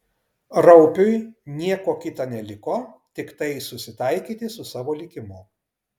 raupiui nieko kita neliko tiktai susitaikyti su savo likimu